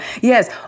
Yes